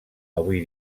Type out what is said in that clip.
avui